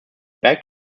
beck